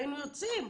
היינו יוצאים,